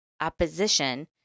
opposition